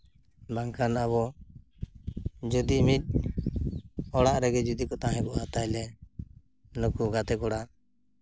ᱵᱟᱝᱠᱷᱟᱱ ᱟᱵᱚ ᱡᱩᱫᱤ ᱢᱤᱫ ᱚᱲᱟᱜ ᱨᱮᱜᱮ ᱡᱩᱫᱤ ᱠᱚ ᱛᱟᱦᱮᱸ ᱠᱚᱜᱼᱟ ᱛᱟᱦᱞᱮ ᱱᱩᱠᱩ ᱜᱟᱛᱮ ᱠᱚᱲᱟ